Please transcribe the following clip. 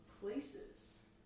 places